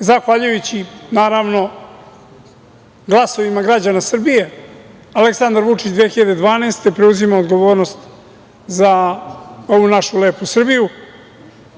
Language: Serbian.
zahvaljujući glasovima građana Srbije, Aleksandar Vučić 2012. godine preuzima odgovornost za ovu našu lepu Srbiju